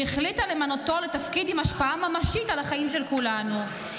היא החליטה למנותו לתפקיד עם השפעה ממשית על החיים של כולנו,